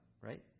right